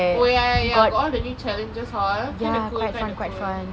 oh ya ya ya got all the new challenges hor kinda cool kinda cool